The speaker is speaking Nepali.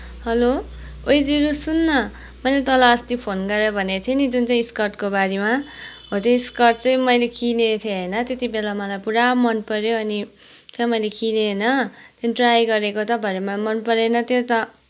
हेलो ओई जिरो सुन न मैले अस्ति तलाई फोन गरेर भनेको थिएँ नि जुन चाहिँ स्कर्टको बारेमा हो त्यो स्कर्ट चाहिँ मैले चाहिँ किनेको थिएँ होइन त्यतिबेला मलाई पुरा मन पऱ्यो अनि त्यहाँ मैले किनेँ होइन त्यहाँदेखि ट्राई गरेको त भरै मलाई मन परेन त्यो त